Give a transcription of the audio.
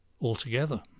altogether